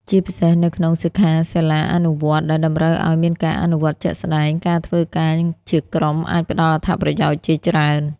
ជាពិសេសនៅក្នុង សិក្ខាសាលាអនុវត្តន៍ ដែលតម្រូវឲ្យមានការអនុវត្តជាក់ស្ដែង ការធ្វើការជាក្រុមអាចផ្តល់អត្ថប្រយោជន៍ជាច្រើន។